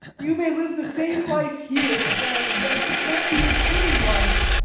you may live the same life here as there, and yet it won't be the same life.